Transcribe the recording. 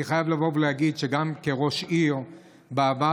אני חייב לבוא ולהגיד שגם כראש עיר בעבר